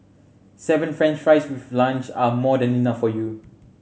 seven french fries with lunch are more than enough for you